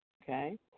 Okay